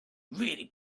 really